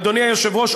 אדוני היושב-ראש,